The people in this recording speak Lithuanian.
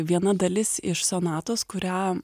viena dalis iš sonatos kurią